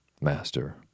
master